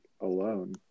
alone